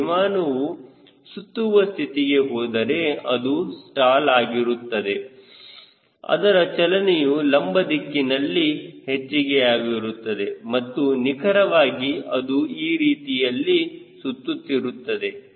ವಿಮಾನವು ಸುತ್ತುವ ಸ್ಥಿತಿಗೆ ಹೋದರೆ ಅದು ಸ್ಟಾಲ್ ಆಗಿರುತ್ತದೆ ಅದರ ಚಲನೆಯು ಲಂಬ ದಿಕ್ಕಿನಲ್ಲಿ ಹೆಚ್ಚಿಗೆಯಾಗಿರುತ್ತದೆ ಮತ್ತು ನಿಖರವಾಗಿ ಅದು ಈ ರೀತಿಯಲ್ಲಿ ಸುತ್ತುತ್ತಿರುತ್ತದೆ